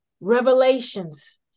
revelations